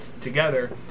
together